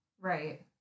Right